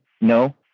No